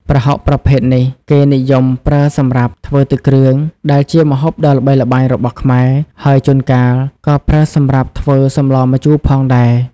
ប្រហុកប្រភេទនេះ គេនិយមប្រើសម្រាប់ ធ្វើទឹកគ្រឿង ដែលជាម្ហូបដ៏ល្បីល្បាញរបស់ខ្មែរ ហើយជួនកាលក៏ប្រើសម្រាប់ធ្វើសម្លម្ជូរផងដែរ។